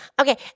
Okay